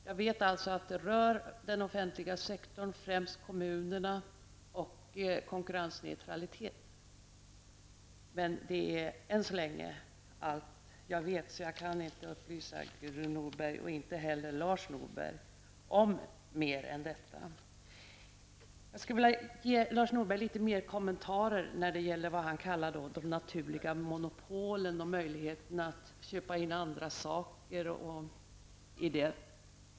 Jag vet att de rör den offentliga sektorn, främst kommunerna, och konkurrensneutraliteten, men än så länge är det allt jag vet. Jag kan alltså inte upplysa Gudrun Norberg och inte heller Lars Norberg mer om detta. Jag skulle vilja ge Lars Norberg några kommentarer när det gäller vad han kallar de naturliga monopolen och möjligheterna att köpa in andra saker.